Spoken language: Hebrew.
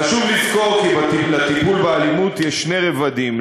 חשוב לזכור כי לטיפול באלימות יש שני רבדים: